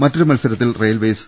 മറ്റൊരു മത്സരത്തിൽ റെയിൽവേസ്